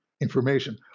information